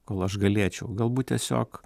kol aš galėčiau galbūt tiesiog